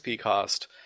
cost